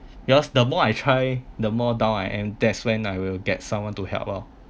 because the more I try the more down I am that's when I will get someone to help oh